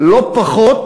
לא פחות